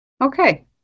Okay